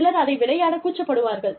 சிலர் அதை விளையாடக் கூச்சப்படுவார்கள்